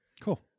Cool